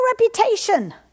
reputation